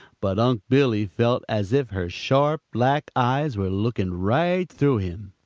but unc' billy felt as if her sharp black eyes were looking right through him.